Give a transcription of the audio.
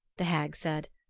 the hag said,